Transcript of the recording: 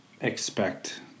expect